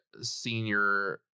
senior